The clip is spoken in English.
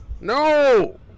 No